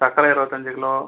சக்கரை இருபத்தஞ்சி கிலோ